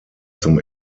zum